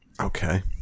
Okay